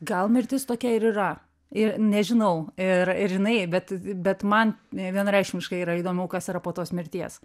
gal mirtis tokia ir yra ir nežinau ir ir jinai bet bet man vienareikšmiškai yra įdomu kas yra po tos mirties